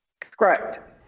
Correct